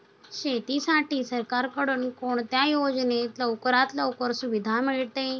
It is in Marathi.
शेतीसाठी सरकारकडून कोणत्या योजनेत लवकरात लवकर सुविधा मिळते?